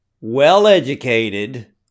well-educated